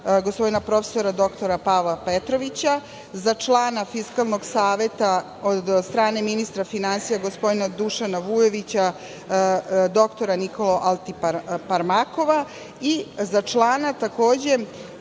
gospodina profesora dr Pavla Petrovića, za člana Fiskalnog saveta od strane ministra finansija gospodina Dušana Vujovića dr Nikolu Altiparmakova i za člana, takođe,